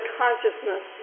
consciousness